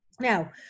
Now